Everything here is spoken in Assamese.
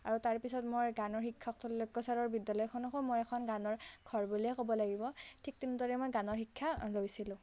আৰু তাৰেপিছত মোৰ গানৰ শিক্ষক ত্ৰৈলোক্য ছাৰৰ বিদ্যালয়খনকো মই এখন গানৰ ঘৰ বুলিয়েই ক'ব লাগিব ঠিক তেনেদৰে মই গানৰ শিক্ষা লৈছিলোঁ